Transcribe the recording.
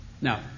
Now